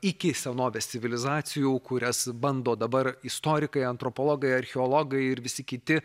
iki senovės civilizacijų kurias bando dabar istorikai antropologai archeologai ir visi kiti